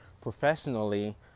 professionally